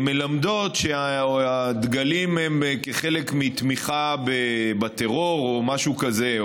מלמדות שהדגלים הם חלק מתמיכה בטרור או משהו כזה,